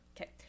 Okay